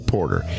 Porter